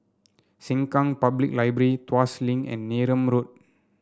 Sengkang Public Library Tuas Link and Neram Road